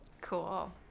cool